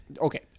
okay